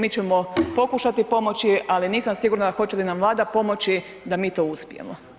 Mi ćemo pokušati pomoći, ali nisam sigurna hoće li nam Vlada pomoći da mi to uspijemo.